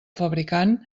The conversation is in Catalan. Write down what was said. fabricant